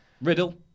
Riddle